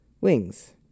wings